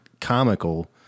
comical